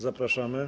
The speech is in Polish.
Zapraszamy.